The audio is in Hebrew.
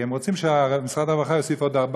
הם רוצים שמשרד הרווחה יוסיף עוד 4